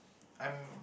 I'm